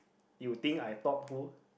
you think I thought who